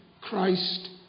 Christ